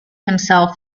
himself